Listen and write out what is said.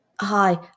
Hi